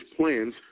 plans